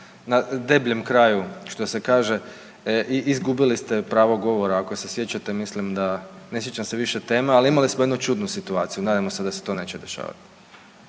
na debljem kraju što se kaže i izgubili ste pravo govora ako se sjećate. Mislim da, ne sjećam se više teme ali imali smo jednu čudnu situaciju. Nadamo se da se to neće dešavati.